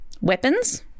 Weapons